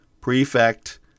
prefect